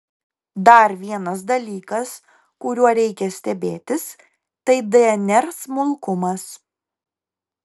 dar vienas dalykas kuriuo reikia stebėtis tai dnr smulkumas